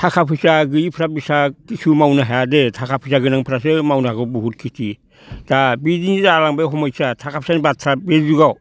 थाखा फैसा गैयिफ्रा बिसा किसु मावनो हायादे थाखा फैसा गोनांफ्रासो मावनांगौ बुहुद खेथि दा बिदिनो जालांबाय हमायसा थाखा फैसानि बाथ्रा बे जुगाव